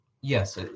yes